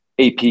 AP